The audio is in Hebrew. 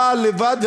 הבעל לבד,